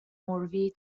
موروی